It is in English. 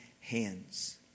hands